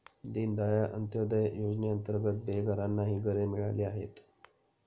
दीनदयाळ अंत्योदय योजनेअंतर्गत बेघरांनाही घरे मिळाली आहेत